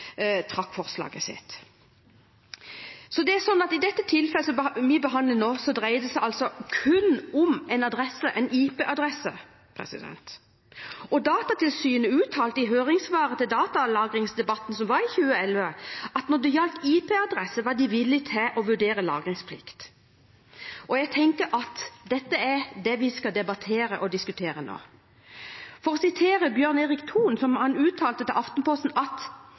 trakk forslaget sitt. I den saken vi behandler nå, dreier det seg altså kun om IP-adresser. Datatilsynet uttalte i høringssvaret i forbindelse med debatten om datalagring som fant sted i 2011, at når det gjaldt IP-adresser, var de villige til å vurdere lagringsplikt. Jeg tenker at det er dette vi skal debattere og diskutere nå. Bjørn Erik Thon uttalte følgende til Aftenposten: